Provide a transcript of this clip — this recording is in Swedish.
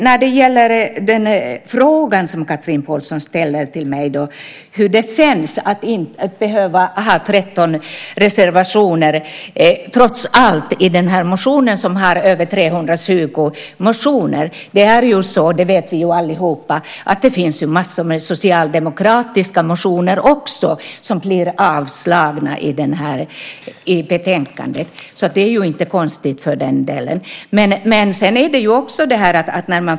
När det gäller den fråga som Chatrine Pålsson ställer till mig om hur det känns att behöva ha 13 reservationer i det här betänkandet som har över 320 motioner vet vi ju allihop att det finns massor med socialdemokratiska motioner också som blir avslagna i betänkandet. Så det är inte konstigt.